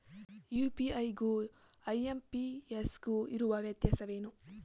UPI ಗು IMPS ಗು ಇರುವ ವ್ಯತ್ಯಾಸವೇನು?